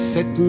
Set